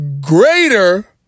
greater